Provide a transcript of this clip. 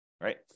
right